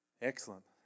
Excellent